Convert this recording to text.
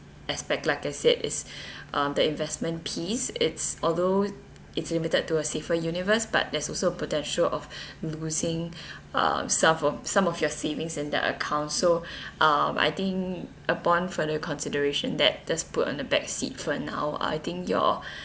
aspect like I said is um the investment piece it's although it's limited to a safer universe but there's also a potential of losing um some from some of your savings in the account so um I think upon further consideration that just put on the back seat for now I think your